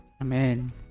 Amen